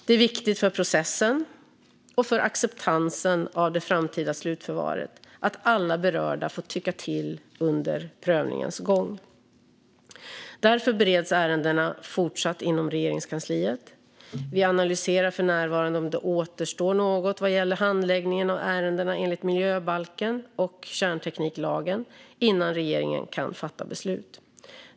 Det är viktigt för processen och för acceptansen av det framtida slutförvaret att alla berörda får tycka till under prövningens gång. Därför bereds ärendena fortsatt inom Regeringskansliet. Vi analyserar för närvarande om det återstår något vad gäller handläggningen av ärendena enligt miljöbalken och kärntekniklagen innan regeringen kan fatta beslut.